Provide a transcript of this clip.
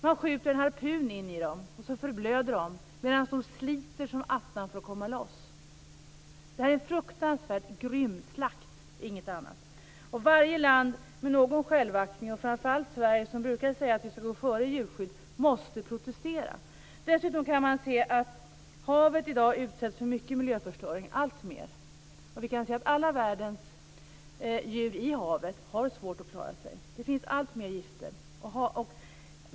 Jag hoppas att alla ni unga som sitter på läktaren engagerar er i denna typ av frågor. Detta är en fruktansvärt grym slakt och inget annat. Varje land med någon självaktning, och framför allt Sverige som brukar säga att vi skall gå före i fråga om djurskydd, måste protestera. Dessutom kan man se att havet i dag utsätts för alltmer miljöförstöring. Vi kan se att alla världens djur i havet har svårt att klara sig. Det finns alltmer gifter.